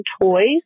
toys